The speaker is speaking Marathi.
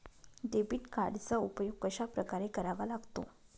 डेबिट कार्डचा उपयोग कशाप्रकारे करावा लागतो?